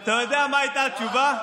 אתה יודע מה הייתה התשובה?